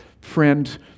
friend